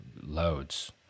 loads